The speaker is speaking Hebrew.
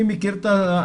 אני מכיר את זה,